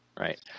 Right